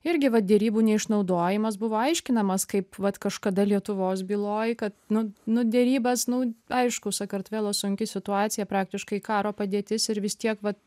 irgi va derybų neišnaudojimas buvo aiškinamas kaip vat kažkada lietuvos byloj kad nu nu derybas nu aišku sakartvelo sunki situacija praktiškai karo padėtis ir vis tiek va